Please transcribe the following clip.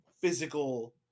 physical